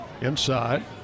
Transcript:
inside